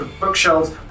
bookshelves